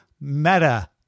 Meta